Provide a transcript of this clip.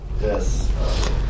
Yes